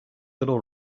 little